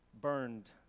burned